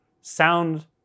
Sound